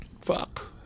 fuck